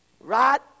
Right